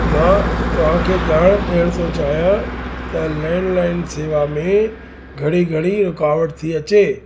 मां तव्हांखे ॼाण ॾियण थो चाहियां त लैंडलाइन सेवा में घड़ी घड़ी रुकावट थी अचे